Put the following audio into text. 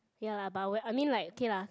ya lah but we're I mean like okay lah